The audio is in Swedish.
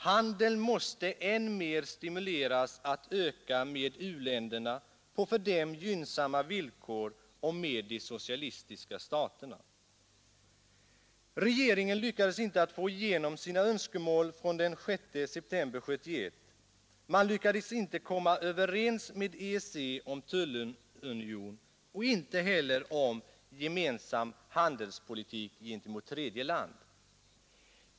Handeln måste än mer stimuleras att öka med u-länderna på för dem gynnsamma villkor och med de socialistiska staterna. Regeringen lyckades inte få igenom sina önskemål från den 6 september 1971. Man lyckades inte komma överens med EEC om tullunion och inte heller om gemensam handelspolitik gentemot tredje land.